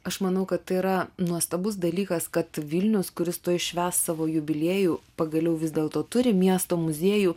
aš manau kad tai yra nuostabus dalykas kad vilnius kuris tuoj švęs savo jubiliejų pagaliau vis dėlto turi miesto muziejų